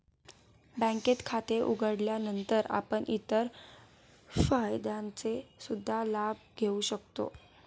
बँकेत खाते उघडल्यानंतर आपण इतर फायद्यांचा सुद्धा लाभ घेऊ शकता